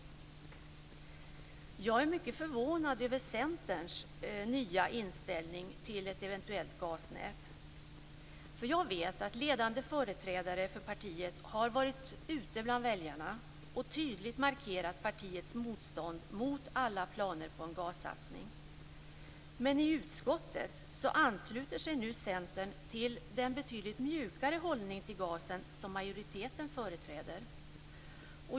Jag är mycket förvånad över Centerns nya inställning till ett eventuellt gasnät. Jag vet att ledande företrädare för partiet har varit ute bland väljarna och tydligt markerat partiets motstånd mot alla planer på en gassatsning. Men i utskottet ansluter sig nu Centern till den betydligt mjukare hållning till gasen som majoriteten företräder.